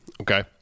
Okay